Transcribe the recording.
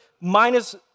minus